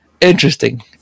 interesting